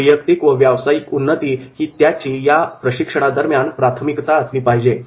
वैयक्तिक व व्यावसायिक उन्नती ही त्याची या प्रशिक्षणादरम्यान प्राथमिकता असली पाहिजे